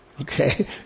Okay